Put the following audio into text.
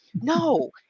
No